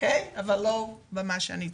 אבל לא במה שציינתי.